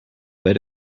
bet